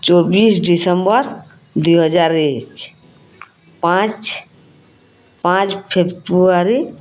ଚବିଶ ଡିସେମ୍ବର ଦୁଇ ହଜାର ଏକ ପାଞ୍ଚ ପାଞ୍ଚ ଫେବୃଆରୀ